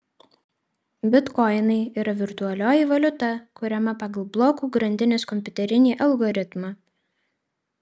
bitkoinai yra virtualioji valiuta kuriama pagal blokų grandinės kompiuterinį algoritmą